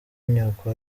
nyoko